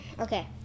Okay